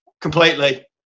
Completely